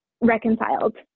reconciled